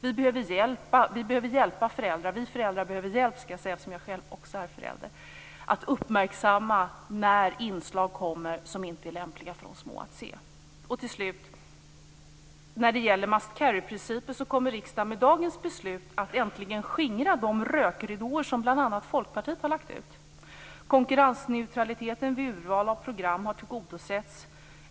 Vi föräldrar behöver hjälp, skulle jag vilja säga eftersom jag själv också är förälder, med att uppmärksamma när inslag kommer som inte är lämpliga för de små att se. När det gäller must carry-principen vill jag säga att riksdagen med dagens beslut äntligen kommer att skingra de rökridåer som bl.a. Folkpartiet har lagt ut. Konkurrensneutraliteten vid urval av program har tillgodosetts.